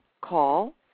call